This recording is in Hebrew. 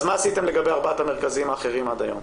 אז מה עשיתם לגבי ארבעת המרכזים האחרים עד היום?